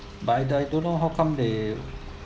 but I I don't know how come they